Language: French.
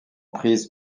prise